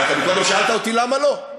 אבל קודם שאלת אותי למה לא.